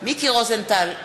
מיקי רוזנטל,